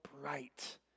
bright